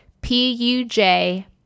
P-U-J